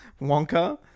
Wonka